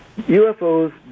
UFOs